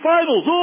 Finals